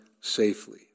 safely